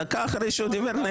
דקה אחרי שהוא דיבר נגד.